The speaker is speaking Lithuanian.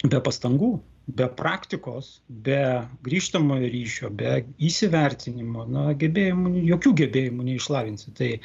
be pastangų be praktikos be grįžtamojo ryšio be įsivertinimo na gebėjimų jokių gebėjimų neišlavinsi tai